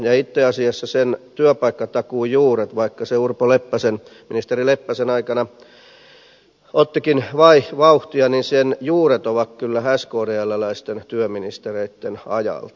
itse asiassa sen työpaikkatakuun juuret vaikka se ministeri urpo leppäsen aikana ottikin vauhtia ovat kyllä skdlläisten työministereitten ajalta